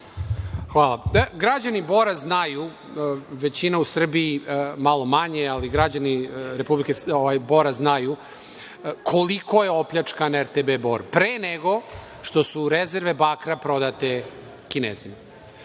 Hvala. Građani Bora znaju, većina u Srbiji malo manje, ali građani Bora znaju koliko je opljačkan RTB Bor pre nego što su rezerve bakra prodate Kinezima. Znači,